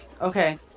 Okay